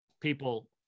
people